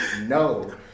No